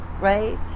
right